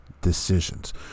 decisions